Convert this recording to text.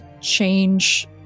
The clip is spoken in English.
change